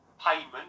payment